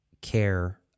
care